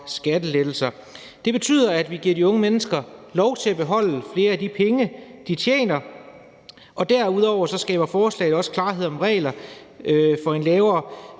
skattelettelser. Det betyder, at vi giver de unge mennesker lov til at beholde flere af de penge, de tjener. Derudover skaber forslaget også klarhed over regler for en lavere